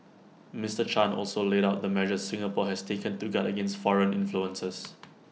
Mister chan also laid out the measures Singapore has taken to guard against foreign influences